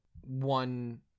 one